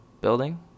building